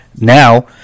Now